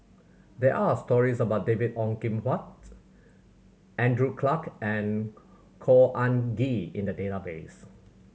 there are stories about David Ong Kim Huat Andrew Clarke and Khor Ean Ghee in the database